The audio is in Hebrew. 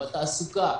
בתעסוקה,